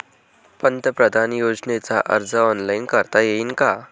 पंतप्रधान योजनेचा अर्ज ऑनलाईन करता येईन का?